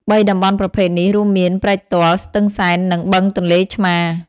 ៣ តំបន់ប្រភេទនេះ រួមមាន ព្រែកទាល់ ស្ទឹងសែន និងបឹងទន្លេឆ្មារ។